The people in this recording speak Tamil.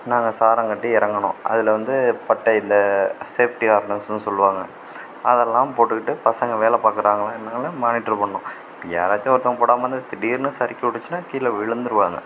நாங்கள் சாரம்கட்டி இறங்கணும் அதில் வந்து பட்டை இந்த சேஃப்டி அவார்னஸுன்னு சொல்வாங்க அதெல்லாம் போட்டுக்கிட்டு பசங்கள் வேலை பாக்கிறாங்களா என்னன்னு மானிட்டர் பண்ணணும் யாராச்சும் ஒருத்தங்க போடாமலிருந்தா திடீர்னு சறுக்கி விட்ருச்சினா கீழே விழுந்துருவாங்க